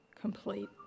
complete